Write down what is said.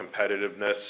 competitiveness